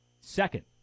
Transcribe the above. Second